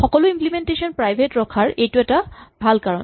সকলো implementation private ৰখাৰ এইটো এটা ভাল কাৰণ